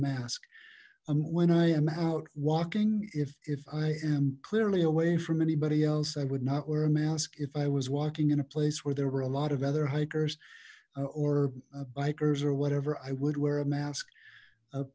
mask when i am out walking if i am clearly away from anybody else i would not wear a mask if i was walking in a place where there were a lot of other hikers or bikers or whatever i would wear a mask